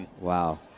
wow